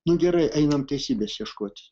nu gerai einam teisybės ieškoti